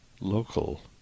local